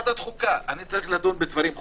אני צריך לדון בדברים חוקים,